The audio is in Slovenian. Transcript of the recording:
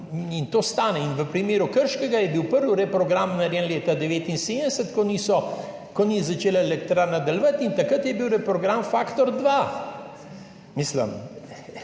in to stane. V primeru Krškega je bil prvi reprogram narejen leta 1979, ko ni začela elektrarna delovati, in takrat je bil reprogram faktor dva.